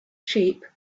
sheep